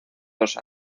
dos